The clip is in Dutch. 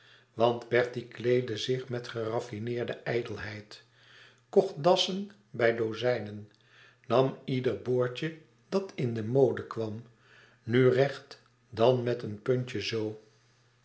want bertie kleedde zich met geraffineerde ijdelheid kocht dassen bij dozijnen nam ieder boordje dat in de mode kwam nu recht dan met een puntje zoo